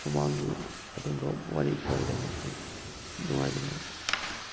ꯃꯃꯥꯡꯒꯤ ꯑꯗꯨꯝꯕ ꯋꯥꯔꯤ ꯈꯔ ꯂꯩ ꯑꯗꯨꯝ ꯅꯨꯡꯉꯥꯏ ꯅꯨꯡꯉꯥꯏꯕ